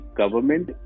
government